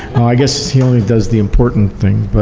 i guess he only does the important things,